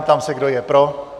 Ptám se, kdo je pro.